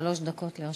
שלוש דקות לרשותך.